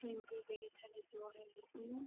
ꯇ꯭ꯋꯦꯟꯇꯤꯗꯒꯤ thirty two ꯍꯥꯏꯕꯗꯤ